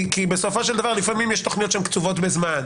כי בסופו של דבר יש לפעמים תכניות קצובות בזמן.